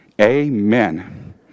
Amen